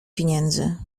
pieniędzy